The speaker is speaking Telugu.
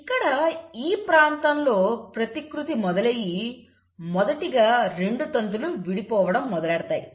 ఇక్కడ ఈ ప్రాంతంలో ప్రతికృతి మొదలయ్యి మొదటిగా 2 తంతులు విడిపోవడం మొదలుపెడతాయి